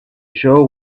show